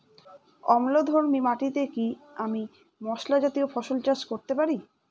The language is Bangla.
অম্লধর্মী মাটিতে কি আমি মশলা জাতীয় ফসল চাষ করতে পারি?